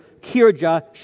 Kirja